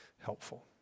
helpful